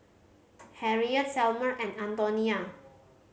Harriet Selmer and Antonia